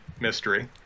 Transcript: mystery